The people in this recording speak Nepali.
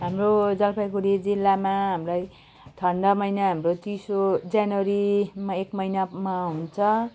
हाम्रो जलपाइगुडी जिल्लामा हामीलाई ठन्डा महिना हाम्रो चिसो जनवरीमा एक महिनामा हुन्छ